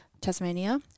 Tasmania